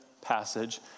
passage